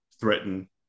threaten